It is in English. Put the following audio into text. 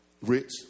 rich